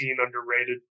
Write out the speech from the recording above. underrated